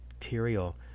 material